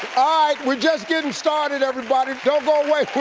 alright we're just getting started everybody, don't go away